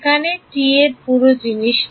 যেখানে T এই পুরো জিনিসটি